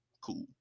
Cool